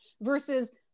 versus